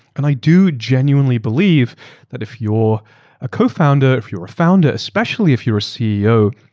and i do genuinely believe that if you're a cofounder, if you're a founder, especially if you're a ceo,